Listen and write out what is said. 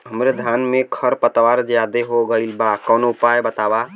हमरे धान में खर पतवार ज्यादे हो गइल बा कवनो उपाय बतावा?